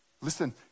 Listen